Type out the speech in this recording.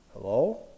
Hello